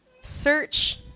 Search